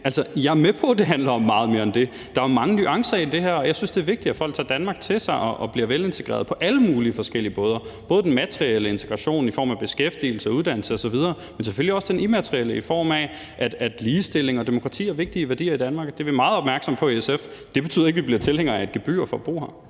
jeg er med på, at det handler om meget mere end det. Der er mange nuancer i det her, og jeg synes, det er vigtigt, at folk tager Danmark til sig og bliver velintegreret på alle mulige forskellige måder – altså både den materielle integration i form af beskæftigelse og uddannelse osv., men selvfølgelig også den immaterielle, i form af at ligestilling og demokrati er vigtige værdier i Danmark. Det er vi meget opmærksomme på i SF. Men det betyder ikke, at vi bliver tilhængere af et gebyr for at bo her.